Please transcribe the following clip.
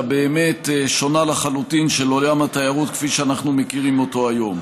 הבאמת-שונה לחלוטין של עולם התיירות כפי שאנחנו מכירים אותו היום.